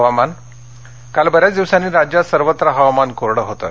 हवामान् काल बऱ्याच दिवसांनी राज्यात सर्वत्र हवामान कोरडं होतं